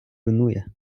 руйнує